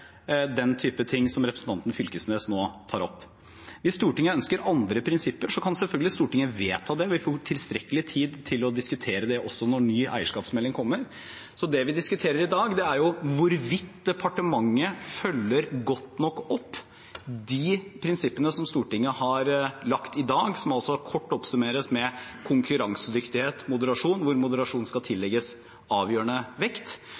den typen ting som representanten Knag Fylkesnes nå tar opp. Hvis Stortinget ønsker andre prinsipper, kan selvfølgelig Stortinget vedta det. Vi får tilstrekkelig tid til å diskutere det også når ny eierskapsmelding kommer. Det vi diskuterer i dag, er hvorvidt departementet følger godt nok opp de prinsippene som Stortinget har lagt i dag, som kort kan oppsummeres med konkurransedyktighet, moderasjon, hvor moderasjon skal tillegges avgjørende vekt.